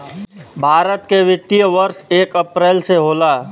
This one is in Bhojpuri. भारत के वित्तीय वर्ष एक अप्रैल से होला